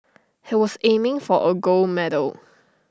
he was aiming for A gold medal